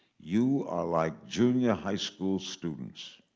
you are like junior high school students.